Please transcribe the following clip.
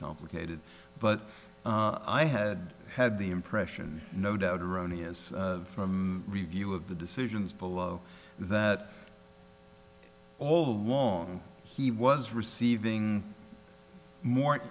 complicated but i had had the impression no doubt erroneous review of the decisions below that all alone he was receiving more